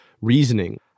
reasoning